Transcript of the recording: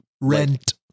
Rent